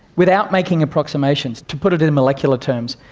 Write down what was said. without making approximations, to put it it in molecular terms,